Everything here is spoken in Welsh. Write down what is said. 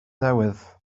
newydd